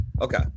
Okay